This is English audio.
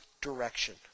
direction